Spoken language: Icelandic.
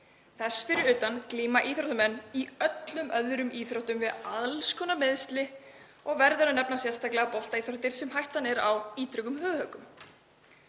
Þess utan glíma íþróttamenn í öllum öðrum íþróttum við alls konar meiðsli og verður að nefna sérstaklega boltaíþróttir þar sem hætta er á ítrekuðum höfuðhöggum.